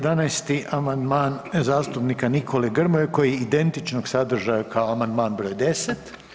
11. amandman zastupnika Nikole Grmoje koji je identičnog sadržaja kao amandman br. 10.